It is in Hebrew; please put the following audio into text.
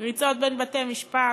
ריצות בין בתי-משפט